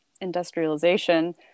industrialization